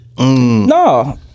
No